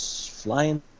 Flying